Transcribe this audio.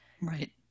right